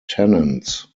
tenants